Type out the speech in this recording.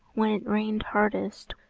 when it rained hardest,